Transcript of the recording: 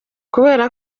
kubera